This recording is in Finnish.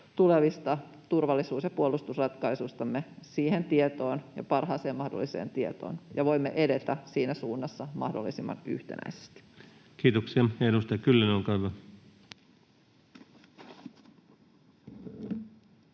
tulevista turvallisuus- ja puolustusratkaisustamme siihen tietoon ja parhaaseen mahdolliseen tietoon ja voimme edetä siinä suunnassa mahdollisimman yhtenäisesti. Kiitoksia. — Ja edustaja Kyllönen, olkaa hyvä.